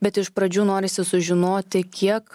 bet iš pradžių norisi sužinoti kiek